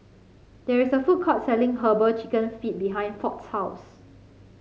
there is a food court selling herbal chicken feet behind Ford's house